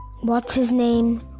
What's-His-Name